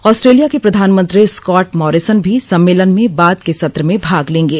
Australia के प्रधानमंत्री Scott Morrison भी सम्मेलन में बाद के सत्र में भाग लेंगे